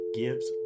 gives